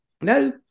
No